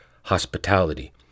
hospitality